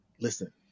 Listen